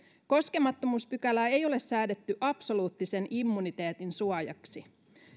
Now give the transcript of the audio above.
koskemattomuuspykälää ei ole säädetty absoluuttisen immuniteetin suojaksi